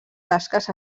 tasques